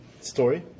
Story